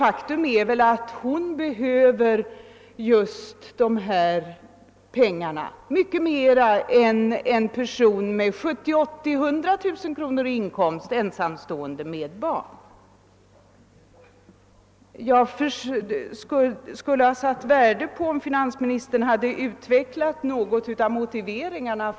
Det torde vara ett faktum att hon behöver dessa pengar mycket mera än en ensamstående person med barn, som har 70000, 80000 eller 100 000 kronor i inkomst. Jag skulle ha varit glad om finansministern något hade utvecklat sin motivering.